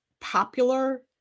popular